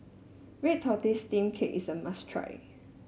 Red Tortoise Steamed Cake is a must try